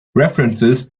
references